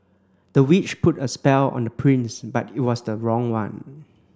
the witch put a spell on the prince but it was the wrong one